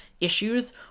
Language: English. issues